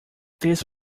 this